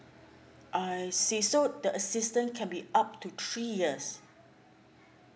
I see so the assistance can be up to three years